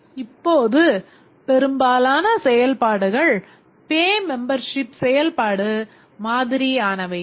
இப்போது பெரும்பாலான செயல்பாடுகள் பே மெம்பர்ஷிப் செயல்பாடு மாதிரியானவையே